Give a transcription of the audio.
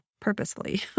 purposefully